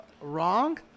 wrong